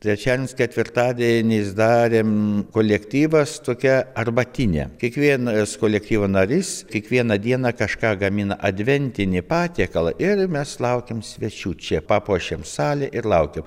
trečiadienis ketvirtadienis darėm kolektyvas tokią arbatinę kiekvienas kolektyvo narys kiekvieną dieną kažką gamina adventinio patiekalą ir mes laukiam svečių čia papuošiam salę ir laukiam